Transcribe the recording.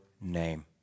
Name